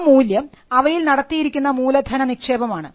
ആ മൂല്യം അവയിൽ നടത്തിയിരിക്കുന്ന മൂലധനനിക്ഷേപം ആണ്